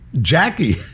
Jackie